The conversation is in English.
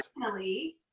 Personally